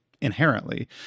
inherently